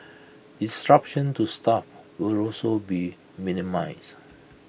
disruption to staff will also be minimised